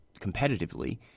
competitively